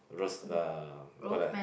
roast uh what ah